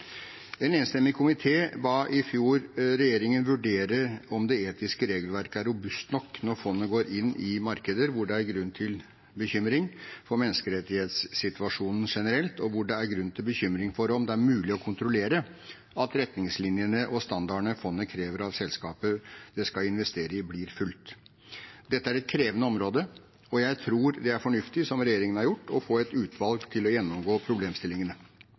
En enstemmig komité ba i fjor regjeringen vurdere om det etiske regelverket er robust nok når fondet går inn i markeder hvor det er grunn til bekymring for menneskerettighetssituasjonen generelt, og hvor det er grunn til bekymring for om det er mulig å kontrollere at retningslinjer og standarder fondet krever av selskaper det skal investere i, blir fulgt. Dette er et krevende område, og jeg tror det er fornuftig, som regjeringen har gjort, å få et utvalg til å gjennomgå problemstillingene.